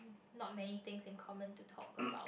not many things in common to talk about